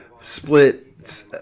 split